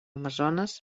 amazones